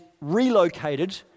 relocated